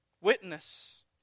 Witness